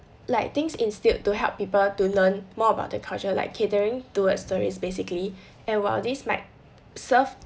like things instilled to help people to learn more about the culture like catering towards tourists basically and while this might serve